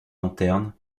lanterne